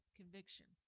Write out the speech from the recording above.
conviction